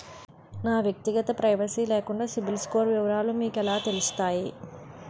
నా వ్యక్తిగత ప్రైవసీ లేకుండా సిబిల్ స్కోర్ వివరాలు మీకు ఎలా తెలుస్తాయి?